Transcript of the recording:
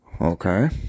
Okay